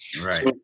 Right